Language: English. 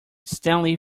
stanley